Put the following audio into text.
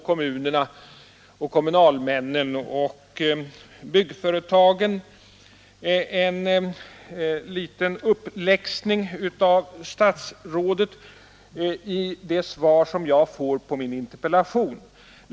Kommunalmännen och byggföretagen får alltså en liten uppläxning av statsrådet i det svar som jag har fått på min interpellation.